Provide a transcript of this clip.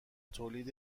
تولید